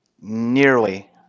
nearly